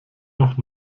noch